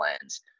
plans